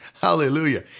hallelujah